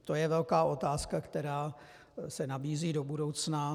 To je velká otázka, která se nabízí do budoucna.